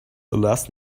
last